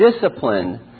discipline